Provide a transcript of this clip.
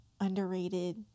underrated